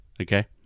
okay